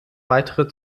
weitere